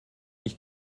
ich